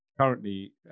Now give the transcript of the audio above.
currently